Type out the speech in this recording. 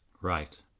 Right